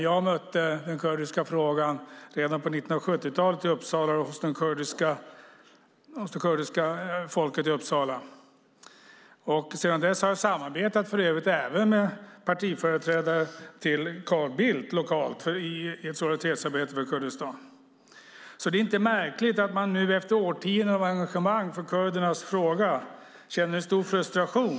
Jag mötte den kurdiska frågan redan på 1970-talet i Uppsala hos det kurdiska folket där. Sedan dess har jag även samarbetat med partiföreträdare för Carl Bildts parti lokalt i ett solidaritetsarbete för Kurdistan. Det är inte märkligt att man nu efter årtionden av engagemang för kurdernas fråga känner en stor frustration.